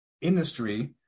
industry